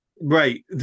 Right